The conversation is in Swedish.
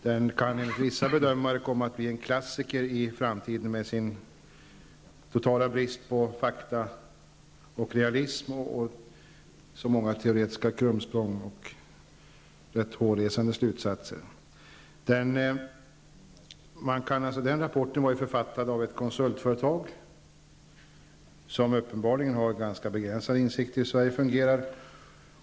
Den kan enligt vissa bedömare komma att bli en klassiker i framtiden med sin totala brist på fakta och realism och med så många teoretiska krumsprång och rätt hårresande slutsatser. Rapporten var författad av ett konsultföretag som uppenbarligen har ganska begränsade insikter i hur Sverige fungerar.